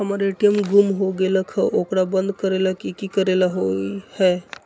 हमर ए.टी.एम गुम हो गेलक ह ओकरा बंद करेला कि कि करेला होई है?